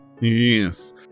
Yes